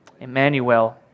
Emmanuel